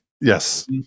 Yes